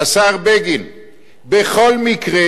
ולא דמגוגיה